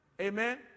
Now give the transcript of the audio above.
amen